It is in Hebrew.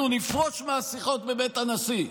אנחנו נפרוש מהשיחות בבית הנשיא,